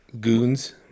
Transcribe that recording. Goons